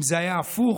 אם זה היה הפוך,